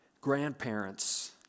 grandparents